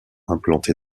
implanté